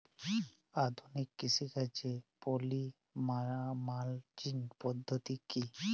আধুনিক কৃষিকাজে poly mulching পদ্ধতি কি?